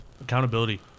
Accountability